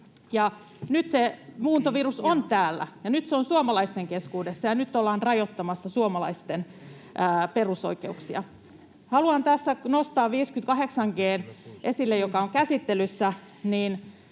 Nyt se muuntovirus on täällä, ja nyt se on suomalaisten keskuudessa, ja nyt ollaan rajoittamassa suomalaisten perusoikeuksia. Haluan tässä nostaa esille, että